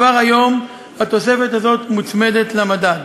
כבר היום התוספת הזאת מוצמדת למדד.